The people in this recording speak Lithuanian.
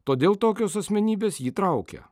todėl tokios asmenybės jį traukia